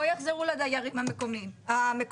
לא יחזרו לתושבים המקוריים.